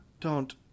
Don't—